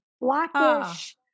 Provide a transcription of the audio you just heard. Blackish